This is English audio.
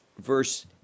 verse